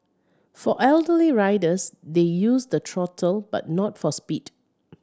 for elderly riders they use the throttle but not for speed